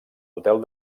hotel